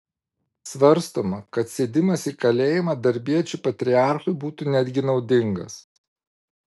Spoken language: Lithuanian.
svarstoma kad sėdimas į kalėjimą darbiečių patriarchui būtų netgi naudingas